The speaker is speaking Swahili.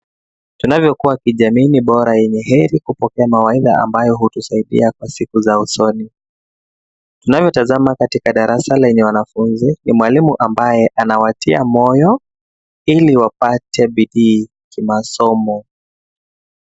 Tunavyokuwa kijamii ni bora yenye heri kupokea mawaidha ambayo hutusaidia kwa siku za usoni. Tunavyotazama katika darasa lenye wanafunzi, ni mwalimu ambaye anawatia moyo ili wapate bidii kimasomo.